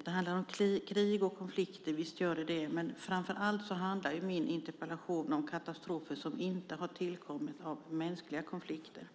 Visst handlar det om krig och konflikter, men min interpellation handlar framför allt om katastrofer som inte har tillkommit av mänskliga konflikter.